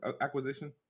acquisition